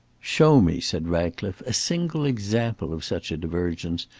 show me, said ratcliffe, a single example of such a divergence,